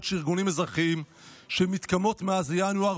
של ארגונים אזרחיים שמתקיימות מאז ינואר,